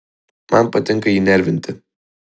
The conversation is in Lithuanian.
man patinka jį nervinti